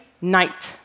night